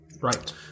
Right